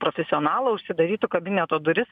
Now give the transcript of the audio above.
profesionalą užsidarytų kabineto duris